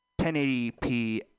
1080p